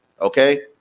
okay